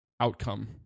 outcome